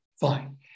fine